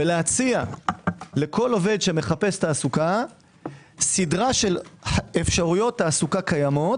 ולהציע לכל עובד שמחפש תעסוקה סדרת אפשרויות תעסוקה קיימות,